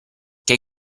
che